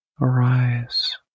arise